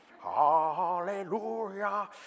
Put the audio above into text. Hallelujah